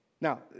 Now